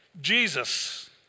Jesus